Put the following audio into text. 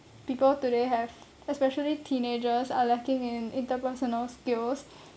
people today have especially teenagers are lacking in interpersonal skills